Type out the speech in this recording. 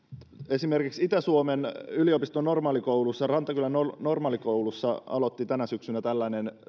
esimerkiksi itä suomen yliopiston normaalikoulussa rantakylän normaalikoulussa aloitti tänä syksynä